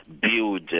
build